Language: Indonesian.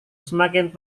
semakin